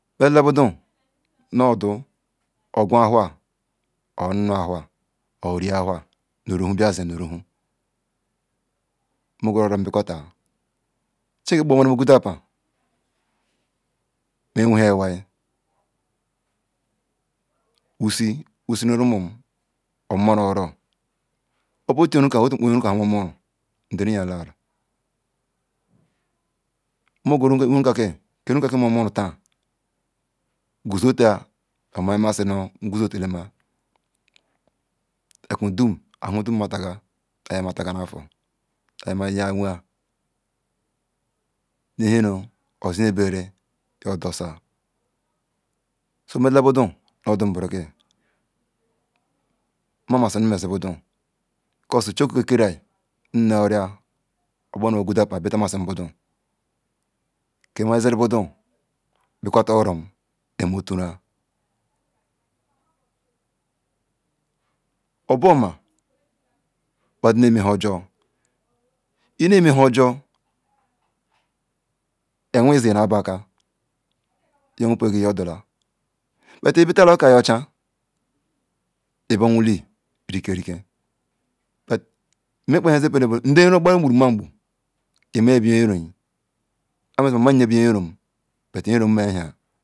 Ogim ahowa onu ahowa nu ri ahowa nu ruhun bia zen nu run hun n mogu orom maquater chineke kbannanu akpan nwenhia iwai wusiri pumun oro obu otu yin runka womo ron nu deriyan la rai mmoguro ke yonrunka ki momurun gu zotal oyo amaha massi nu nguzotalama ekum dum ahon hon mataga oyo mataganu ya wen nu then nu ozi ya bera yo dosiye so mel ziru bu do no do mbroke mmamasin nu messibo du because chukike kerayi nzim nurio ogbamanu ogodan akpan betamessim bo don ke messiri budon makweta oro amoturun oboma badun neme honjor eneme honjor ewon sinu beake iyo won bel ogal yo do la bet ibetal la okayi ochen ibunu li ri ken kiken bet wu kpehen zipel bu nude iron nde iron kpari buru magbu ohan meru nma yin iron bet yen irom ma then.